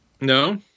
No